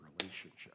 relationship